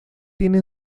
tiene